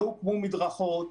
לא הוקמו מדרכות,